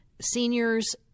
seniors